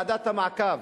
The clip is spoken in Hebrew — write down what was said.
ועדת המעקב